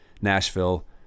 Nashville